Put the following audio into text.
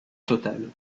totale